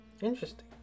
Interesting